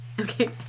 Okay